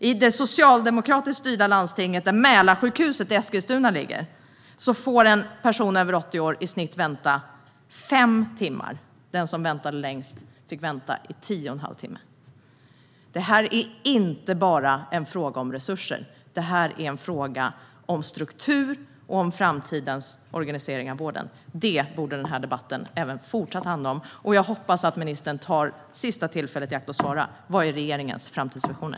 I det socialdemokratiskt styrda landsting där Mälarsjukhuset i Eskilstuna ligger får en person över 80 år i snitt vänta fem timmar. Den som väntade längst fick vänta i tio och en halv timme. Detta är inte bara en fråga om resurser - det är en fråga om struktur och om framtidens organisering av vården. Det borde den fortsatta debatten handla om. Jag hoppas att ministern tar det sista tillfället i akt att svara: Vad är regeringens framtidsvisioner?